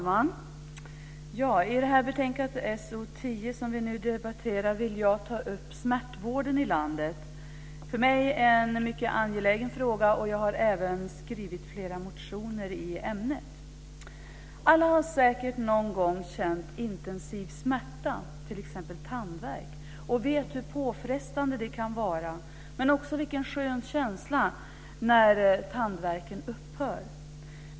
Fru talman! I betänkande SoU10, som vi nu debatterar, vill jag ta upp smärtvården i landet. För mig är det en mycket angelägen fråga, och jag har även skrivit flera motioner i ämnet. Alla har säkert någon gång känt intensiv smärta, t.ex. tandvärk, och vet hur påfrestande det kan vara, men också vilken skön känsla det är när tandvärken upphör.